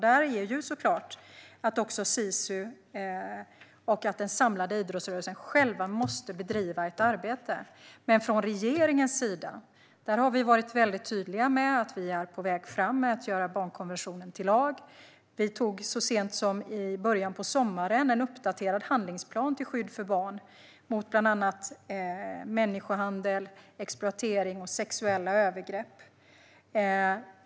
Där måste också Sisu och den samlade idrottsrörelsen själva bedriva ett arbete. Regeringen har å sin sida varit väldigt tydlig med att den är på väg att göra barnkonventionen till lag. Så sent som i början av sommaren antog regeringen en uppdaterad handlingsplan till skydd för barn mot bland annat människohandel, exploatering och sexuella övergrepp.